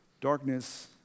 darkness